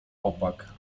opak